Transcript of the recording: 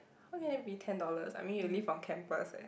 how can it be ten dollars I mean you live on campus eh